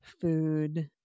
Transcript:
Food